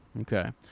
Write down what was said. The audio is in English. Okay